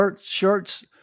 shirts